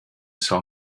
saw